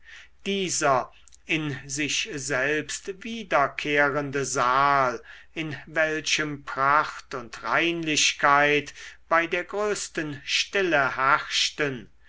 dieser in sich selbst wiederkehrende saal in welchem pracht und reinlichkeit bei der größten stille herrschten